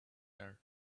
air